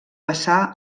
passà